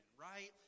right